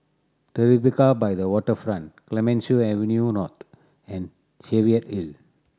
Tribeca by the Waterfront Clemenceau Avenue North and Cheviot Hill